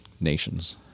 nations